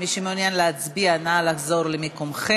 מי שמעוניין להצביע, נא לחזור למקום.